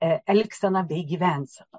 elgseną bei gyvenseną